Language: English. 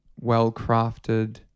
well-crafted